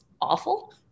awful